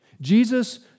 Jesus